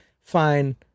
fine